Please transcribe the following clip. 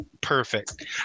Perfect